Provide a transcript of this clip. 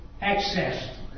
access